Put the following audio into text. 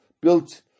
built